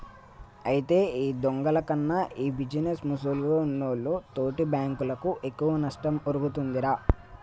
అయితే దొంగల కన్నా ఈ బిజినేస్ ముసుగులో ఉన్నోల్లు తోటి బాంకులకు ఎక్కువ నష్టం ఒరుగుతుందిరా